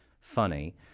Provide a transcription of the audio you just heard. funny